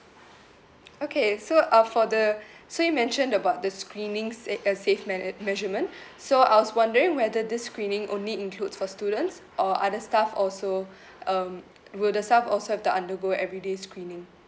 okay so uh for the so you mentioned about the screenings eh uh safe mane~ measurement so I was wondering whether this screening only includes for students or other staff also um will the staff also have to undergo everyday screening